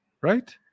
Right